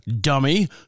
dummy